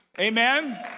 amen